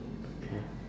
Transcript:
okay